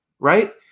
right